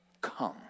Come